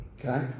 Okay